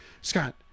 Scott